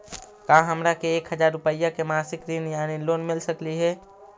का हमरा के एक हजार रुपया के मासिक ऋण यानी लोन मिल सकली हे?